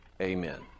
amen